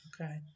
Okay